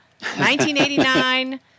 1989